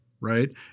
right